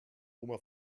oma